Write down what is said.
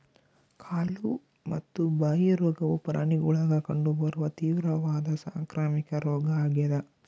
ಕಾಲು ಮತ್ತು ಬಾಯಿ ರೋಗವು ಪ್ರಾಣಿಗುಳಾಗ ಕಂಡು ಬರುವ ತೀವ್ರವಾದ ಸಾಂಕ್ರಾಮಿಕ ರೋಗ ಆಗ್ಯಾದ